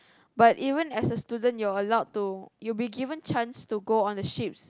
but even as a student you are allowed to you will be given chance to go on the ships